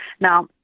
Now